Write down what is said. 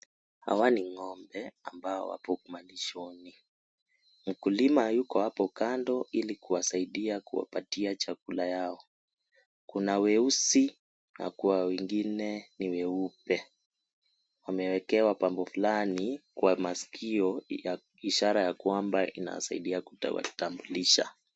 Hawa ni ng'ombe, ambao wapo malishoni. Mkulima yupo hapo kando ili kuwasaidia kuwapatia chakula yao. Kuna weusi na kuna wengine ni weupe. Wamewekewa bango fulani kwa maskio ishara ya kwamba inawasaidia kutambulisha.